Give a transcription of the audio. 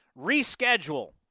Reschedule